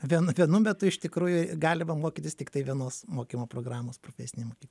vien vienu metu iš tikrųjų galima mokytis tiktai vienos mokymo programos profesinėj mokykloj